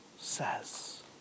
says